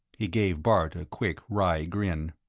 he gave bart a quick, wry grin.